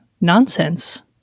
nonsense